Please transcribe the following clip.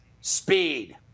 Speed